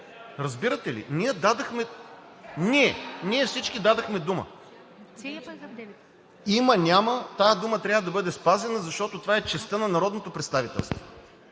Разбирате ли, ние всички дадохме дума. Има – няма, тази дума трябва да бъде спазена, защото това е честта на народното представителство.